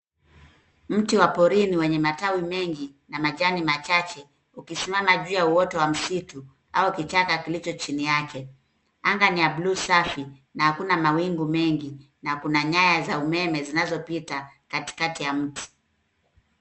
Mti wa porini wenye matawi mengi na majani machache , ukisimama juu ya uoto wa msitu, au kichaka kilicho chini yake .Anga ni ya blue safi na hakuna mawingu mengi, na kuna nyaya za umeme zinazopita katikati ya mti.